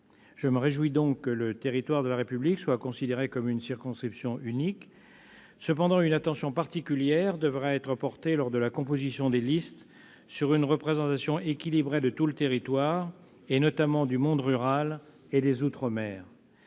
Je me réjouis donc que le territoire de la République soit considéré comme une circonscription unique. Cependant, une attention particulière devra être portée, lors de la composition des listes, à une représentation équilibrée de tout le territoire, notamment du monde rural et des outre-mer.